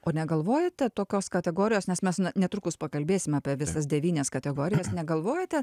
o negalvojote tokios kategorijos nes mes na netrukus pakalbėsime apie visas devynias kategorijas negalvojote